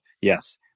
Yes